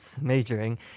majoring